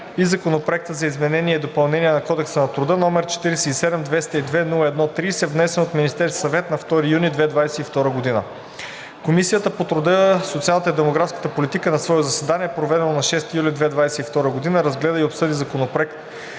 и Законопроект за изменение и допълнение на Кодекса на труда, № 47-202-01-30, внесен от Министерския съвет на 2 юни 2022 г. Комисията по труда, социалната и демографската политика на свое заседание, проведено на 6 юли 2022 г., разгледа и обсъди четирите